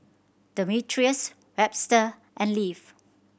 Demetrius Webster and Leif